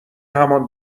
همان